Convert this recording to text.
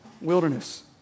wilderness